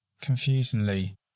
Confusingly